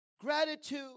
gratitude